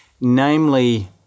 Namely